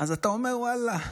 אז אתה אומר: ואללה.